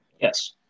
Yes